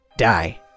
die